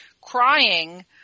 crying